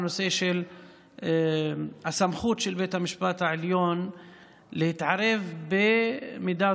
הנושא של סמכות בית המשפט העליון להתערב במידה